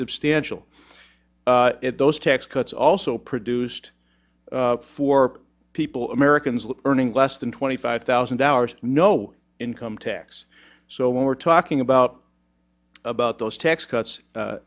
substantial those tax cuts also produced for people americans earning less than twenty five thousand hours no income tax so when we're talking about about those tax cuts